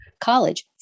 college